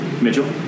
Mitchell